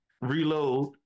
Reload